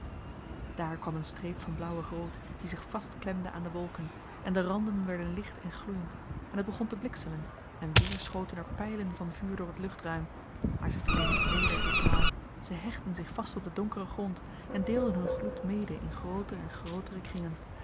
daar kwam een streep van blauwig rood die zich vastklemde aan de wolken en de randen werden licht en gloeiend en t begon te bliksemen en weer schoten er pylen van vuur door het luchtruim maar ze vielen niet neder ditmaal ze hechtten zich vast op den donkeren grond en deelden hun gloed mede in grooter en grootere kringen